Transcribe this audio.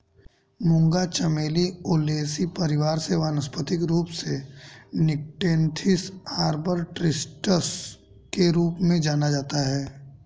मूंगा चमेली ओलेसी परिवार से वानस्पतिक रूप से निक्टेन्थिस आर्बर ट्रिस्टिस के रूप में जाना जाता है